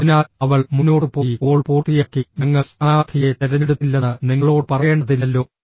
അതിനാൽ അവൾ മുന്നോട്ട് പോയി കോൾ പൂർത്തിയാക്കി ഞങ്ങൾ സ്ഥാനാർത്ഥിയെ തിരഞ്ഞെടുത്തില്ലെന്ന് നിങ്ങളോട് പറയേണ്ടതില്ലല്ലോ